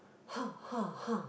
ha ha ha